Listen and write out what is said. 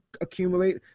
accumulate –